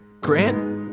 Grant